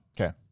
Okay